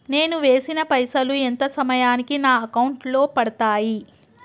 నేను వేసిన పైసలు ఎంత సమయానికి నా అకౌంట్ లో పడతాయి?